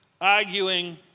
arguing